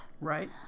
Right